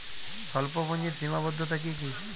স্বল্পপুঁজির সীমাবদ্ধতা কী কী?